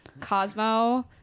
Cosmo